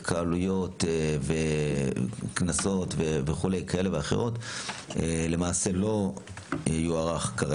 התקהלויות והתכנסויות כאלו ואחרות לא יוארכו כרגע.